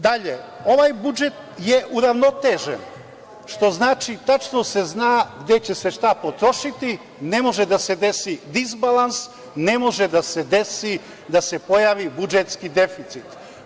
Dalje, ovaj budžet je uravnotežen što znači tačno se zna gde će se šta potrošiti, ne može da se desi disbalans, ne može da se desi da se pojavi budžetski deficit.